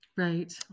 Right